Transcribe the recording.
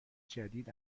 جدید